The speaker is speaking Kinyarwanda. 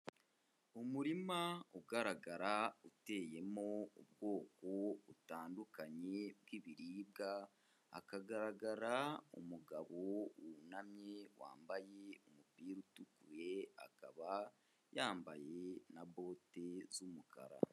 Umurima ugaragara uteyemo ubwoko butandukanye bw'ibiribwa, hakagaragara umugabo wunamye wambaye umupira utukuye, akaba yambaye na bote z'umukara.